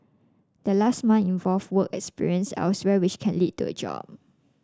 the last month involve work experience elsewhere which can lead to a job